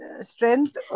strength